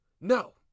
No